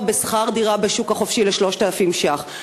בשכר דירה בשוק החופשי ל-3,000 שקל.